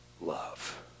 love